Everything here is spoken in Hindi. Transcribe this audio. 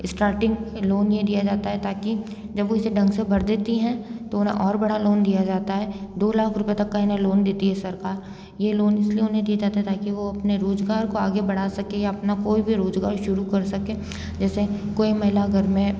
स्टार्टिंग लोन ये दिया जाता है ताकि जब वो इसे ढंग से भर देती हैं तो उन्हें और बड़ा लोन दिया जाता है दो लाख तक का इन्हें लोन देती हैं इन्हें सरकार ये लोन इसलिए उन्हें दिया जाता है कि वो अपने रोज़गार को आगे बढ़ा सकें या अपना कोई भी रोज़गार शुरू कर सकें जैसे कोई महिला घर में